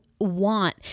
want